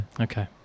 Okay